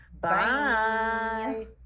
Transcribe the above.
Bye